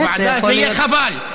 זה יהיה חבל.